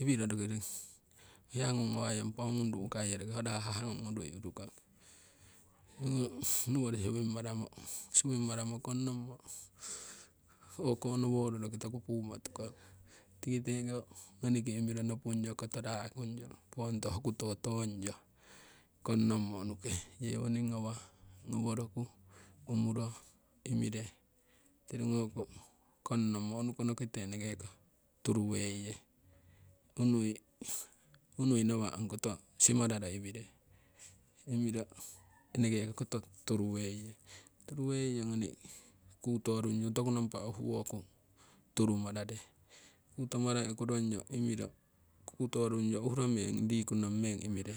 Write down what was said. Iwiro roki hiya ngung ngawaiyong pau ngung ru'kaiyong roki ho rahah ngung urumo urukong, nowori swim maramo kongnommo okonoworo roki toku pumo tukong tiki teko ngoniki imiro nopung yo koto ra'kungyo pongoto hokuto tongyo kongnommo unuke. Yewoning ngawah ngowo roku umuro imiro tirugoko kongnommo unukono kite eneke ko turu weiye unui, unui nawa' ongkoto simararo iwire iwiro eneke ko koto turuweiye, turuweiyo ngoni kuto rungyu toku nompa uhuwoku turumarare. Kutomorai okurungyo imiro kuto rungyo uhuro meng riku nong meng imire